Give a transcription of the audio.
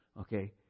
Okay